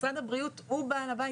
משרד הבריאות הוא בעל הבית,